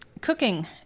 Cooking